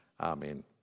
Amen